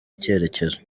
icyerekezo